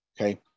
Okay